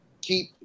keep